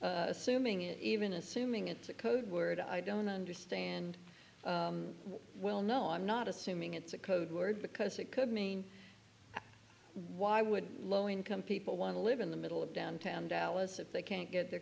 assuming it even assuming it's a code word i don't understand well no i'm not assuming it's a code word because it could mean why would low income people want to live in the middle of downtown dallas if they can't get their